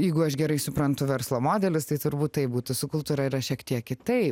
jeigu aš gerai suprantu verslo modelius tai turbūt taip būtų su kultūra yra šiek tiek kitaip